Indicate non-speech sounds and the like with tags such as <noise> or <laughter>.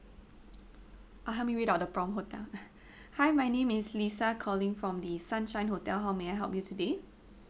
ah help me read out the prompt hotel <laughs> hi my name is lisa calling from the sunshine hotel how may I help you today